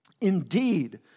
Indeed